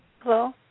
Hello